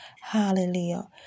Hallelujah